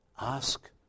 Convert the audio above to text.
Ask